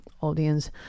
audience